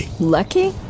Lucky